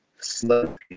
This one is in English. Slow